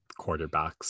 quarterbacks